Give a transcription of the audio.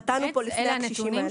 חטאנו פה לפני הקשישים האלה.